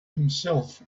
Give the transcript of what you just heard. himself